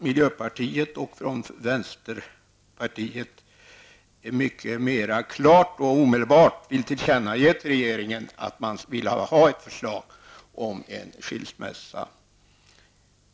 Miljöpartiet och vänsterpartiet vill däremot mycket mer klart och omedelbart tillkännage för regeringen att man vill ha ett förslag om en skilsmässa.